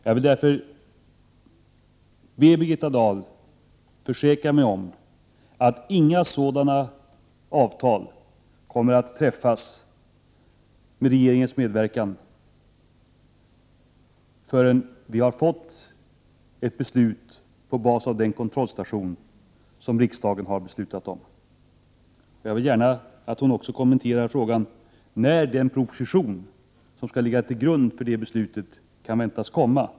Jag vill därför be Birgitta Dahl försäkra mig om att inga sådana avtal kommer att träffas med regeringens medverkan förrän vi fått ett beslut på basis av den kontrollstation som riksdagen har beslutat om. Jag vill gärna att hon också kommenterar frågan när den proposition som skall ligga till grund för beslutet kan väntas komma.